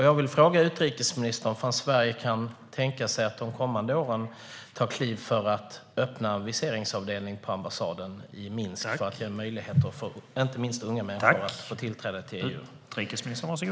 Jag vill fråga utrikesministern ifall Sverige kan tänkas att under de kommande åren ta kliv framåt för att öppna en viseringsavdelning på ambassaden i Minsk, för att ge inte minst unga människor möjlighet att få tillträde till EU.